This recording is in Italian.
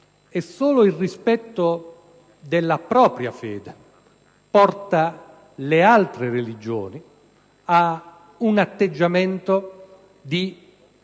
E solo il rispetto della propria fede suscita nelle altre religioni un atteggiamento di